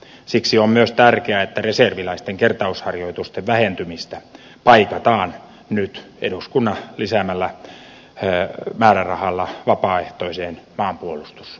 siksi on myös tärkeää että reserviläisten kertausharjoitusten vähentymistä paikataan nyt eduskunnan lisäämällä määrärahalla vapaaehtoiseen maanpuolustustyöhön